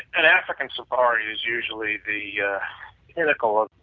an african safari is usually the yeah pinnacle